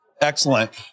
Excellent